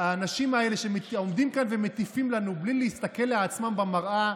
האנשים האלה שעומדים כאן ומטיפים לנו בלי להסתכל על עצמם במראה,